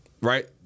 right